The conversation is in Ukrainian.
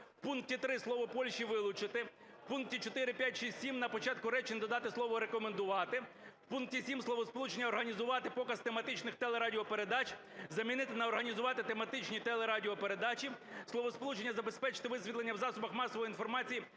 пункті 3 слово "Польщі" вилучити. В пункті 4, 5, 6, 7 на початку речень додати слово "рекомендувати". В пункті 7 словосполучення "організувати показ тематичних телерадіопередач" замінити на "організувати тематичні телерадіопередачі". Словосполучення "забезпечити висвітлення в засобах масової інформації"